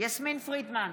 יסמין פרידמן,